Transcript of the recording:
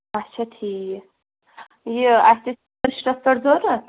اچھا ٹھیٖک یہِ اَسہِ ٲسۍ فٔسٹَس پٮ۪ٹھ ضوٚرتھ